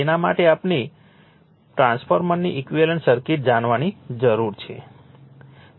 તેના માટે આપણે ટ્રાન્સફોર્મરની ઈક્વિવેલન્ટ સર્કિટ જાણવાની જરૂર છે